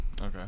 Okay